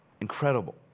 Incredible